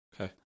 Okay